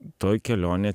toj kelionė